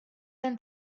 been